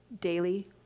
daily